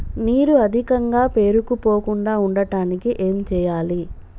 నీరు అధికంగా పేరుకుపోకుండా ఉండటానికి ఏం చేయాలి?